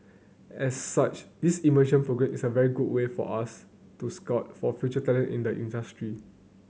as such this immersion programme is a very good way for us to scout for future talent in the industry